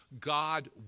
God